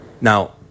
Now